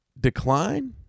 decline